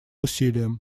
усилиям